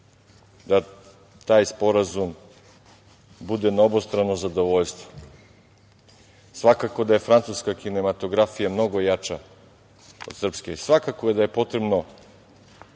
da taj sporazum bude na obostrano zadovoljstvo. Svakako da je francuska kinematografija mnogo jača od srpske. Svakako da je potrebno